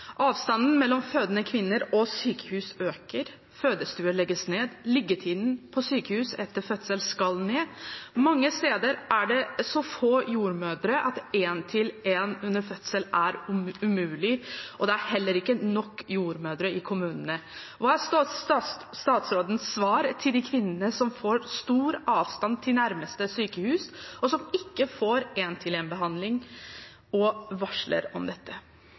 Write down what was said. Avstanden mellom fødende kvinner og sykehus øker, fødestuer legges ned, liggetiden på sykehus etter fødsel skal ned, mange steder er det så få jordmødre at en-til-en under fødsel er umulig, og det er heller ikke nok jordmødre i kommunene. Hva er statsrådens svar til de kvinnene som får stor avstand til nærmeste sykehus, og som ikke får en-til-en-behandling, og varsler om dette?»